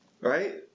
Right